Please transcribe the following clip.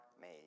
made